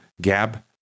Gab